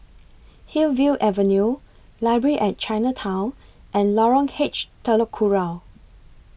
Hillview Avenue Library At Chinatown and Lorong H Telok Kurau